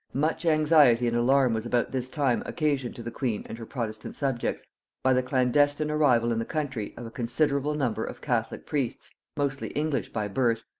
much anxiety and alarm was about this time occasioned to the queen and her protestant subjects by the clandestine arrival in the country of a considerable number of catholic priests, mostly english by birth,